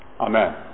Amen